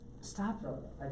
Stop